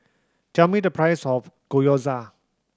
tell me the price of Gyoza